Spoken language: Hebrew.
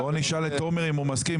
בוא נשאל את תומר אם הוא מסכים,